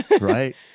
right